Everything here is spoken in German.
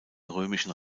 römischen